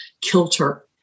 kilter